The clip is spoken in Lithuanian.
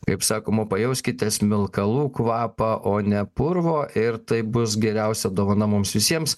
kaip sakoma pajauskite smilkalų kvapą o ne purvo ir tai bus geriausia dovana mums visiems